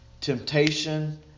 Temptation